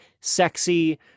sexy